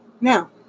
Now